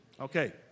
Okay